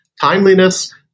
Timeliness